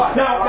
now